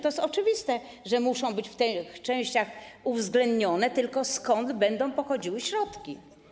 To jest oczywiste, że muszą być w tych częściach uwzględnione, ale skąd będą pochodziły środki?